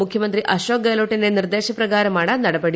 മുഖ്യമന്ത്രി അശോക് ഗഹ്ലോട്ടിന്റെ നിർദ്ദേശപ്രകാരമാണ് നടപടി